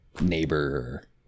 neighbor